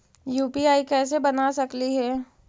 UPI कैसे बना सकली हे?